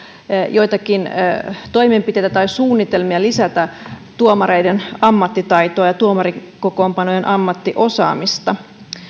joitakin toimenpiteitä tai suunnitelmia lisätä tuomareiden ammattitaitoa ja tuomarikokoonpanojen ammattiosaamista